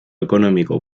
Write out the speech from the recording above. económico